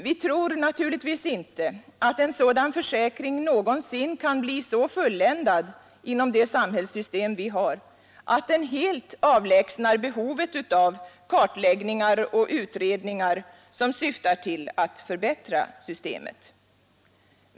Vi tror inte att en sådan försäkring någonsin kan bli så fulländad inom det samhällssystem vi har att den helt avlägsnar behovet av kartläggningar och utredningar som syftar till att göra systemet bättre.